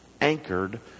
anchored